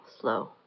slow